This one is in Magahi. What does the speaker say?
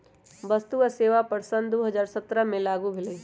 वस्तु आ सेवा कर सन दू हज़ार सत्रह से लागू भेलई